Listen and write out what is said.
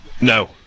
No